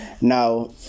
now